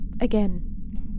Again